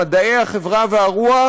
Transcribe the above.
במדעי החברה והרוח,